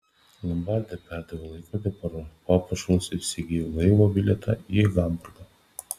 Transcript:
lombarde pardaviau laikrodį papuošalus ir įsigijau laivo bilietą į hamburgą